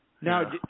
Now